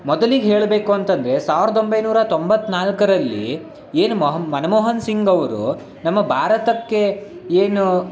ಮೊದಲಿಗೆ ಹೇಳಬೇಕು ಅಂತಂದರೆ ಸಾವಿರದ ಒಂಬೈನೂರ ತೊಂಬತ್ನಾಲ್ಕರಲ್ಲಿ ಏನು ಮೊಹಂ ಮನಮೋಹನ್ ಸಿಂಗ್ ಅವರು ನಮ್ಮ ಭಾರತಕ್ಕೆ ಏನು